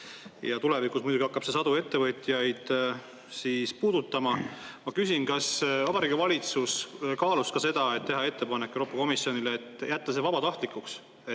ja tulevikus muidugi hakkab see sadu ettevõtjaid puudutama. Ma küsin, kas Vabariigi Valitsus kaalus ka seda, et teha ettepanek Euroopa Komisjonile, et jätta see vabatahtlikuks,